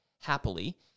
happily